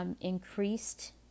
Increased